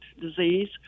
disease